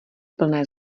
plné